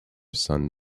sun